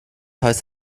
heißt